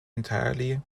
entirely